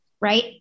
right